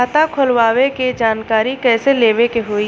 खाता खोलवावे के जानकारी कैसे लेवे के होई?